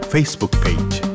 Facebook-page